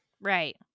Right